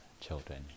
children